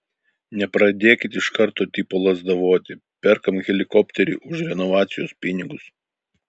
nepradėkit iš karto tipo lazdavoti perkam helikopterį už renovacijos pinigus